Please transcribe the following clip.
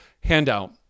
handout